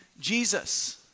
Jesus